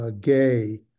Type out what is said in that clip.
Gay